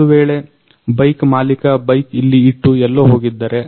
ಒಂದುವೇಳೆ ಬೈಕ್ ಮಾಲಿಕ ಬೈಕನ್ನು ಇಲ್ಲಿ ಇಟ್ಟು ಎಲ್ಲೊ ಹೋಗಿದ್ದರೆ